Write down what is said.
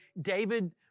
David